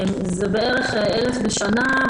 זה בערך 1,000 בשנה,